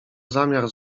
zamiar